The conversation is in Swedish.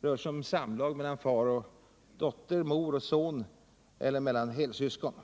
det rör sig om samlag mellan far och dotter, mor och son eller mellan helsyskon.